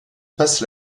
passe